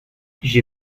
j’ai